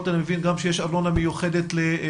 שאני מבין שיש אצלן ארנונה מיוחדת לגנים